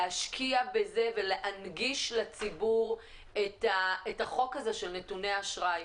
להשקיע בזה ולהנגיש לציבור את החוק של נתוני האשראי.